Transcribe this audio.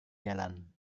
jalan